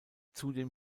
zudem